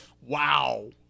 Wow